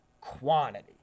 quantity